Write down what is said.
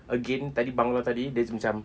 again tadi bangla tadi dia itu macam